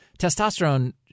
testosterone